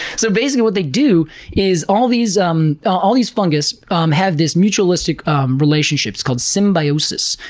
so basically, what they do is all these um all these fungus um have this mutualistic um relationship, it's called symbiosis.